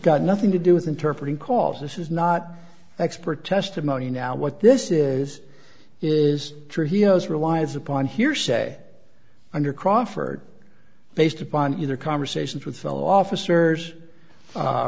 got nothing to do with interpreter calls this is not expert testimony now what this is is trujillo's relies upon hearsay under crawford based upon either conversations with fellow officers